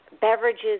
beverages